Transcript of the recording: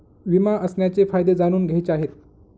विमा असण्याचे फायदे जाणून घ्यायचे आहे